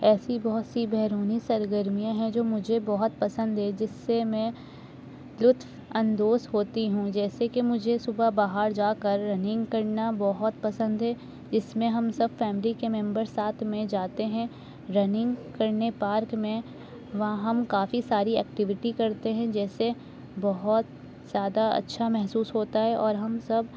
ایسی بہت سی بیرونی سرگرمیاں ہیں جو مجھے بہت پسند ہے جس سے میں لطف اندوز ہوتی ہوں جیسے کہ مجھے صبح باہر جا کر رننگ کرنا بہت پسند ہے جس میں ہم سب فیملی کے ممبر ساتھ میں جاتے ہیں رننگ کرنے پارک میں وہاں ہم کافی ساری ایکٹیوٹی کرتے ہیں جیسے بہت زیادہ اچھا محسوس ہوتا ہے اور ہم سب